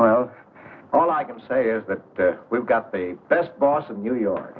well all i can say is that we've got the best boss in new york